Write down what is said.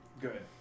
Good